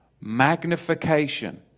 magnification